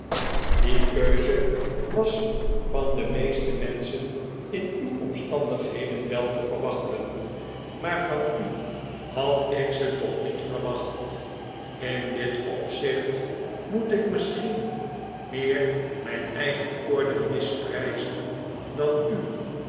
die keuze was van de meeste menschen in uw omstandigheden wel te verwachten maar van u had ik ze niet verwacht in dit opzicht moet ik misschien meer mijn eigen oordeel misprijzen dan u